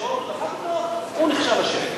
דפק אותו, הוא נחשב אשם.